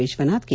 Vishwanath K